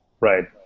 Right